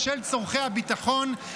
בשל צורכי הביטחון,